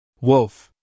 Wolf